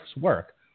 work